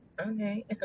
okay